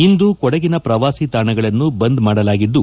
ಇಂದು ಕೊಡಗಿನ ಪ್ರವಾಸಿ ತಾಣಗಳನ್ನು ಬಂದ್ ಮಾಡಲಾಗಿದ್ದು